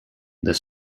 this